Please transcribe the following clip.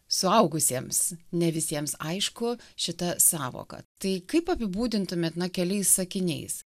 suaugusiems ne visiems aišku šita sąvoka tai kaip apibūdintumėt na keliais sakiniais